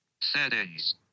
Settings